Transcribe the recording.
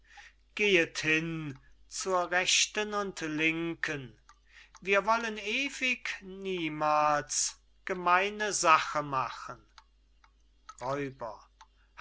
zur rechten und linken wir wollen ewig niemals gemeine sache machen räuber